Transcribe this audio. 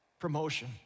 promotion